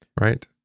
right